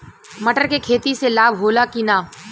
मटर के खेती से लाभ होला कि न?